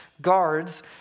guards